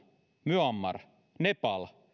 myanmar nepal